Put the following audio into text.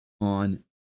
on